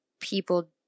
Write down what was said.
people